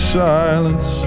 silence